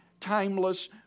timeless